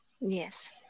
Yes